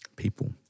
People